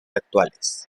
actuales